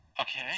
Okay